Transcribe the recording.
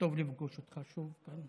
טוב לפגוש אותך שוב.